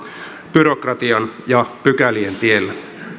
byrokratian ja pykälien tiellä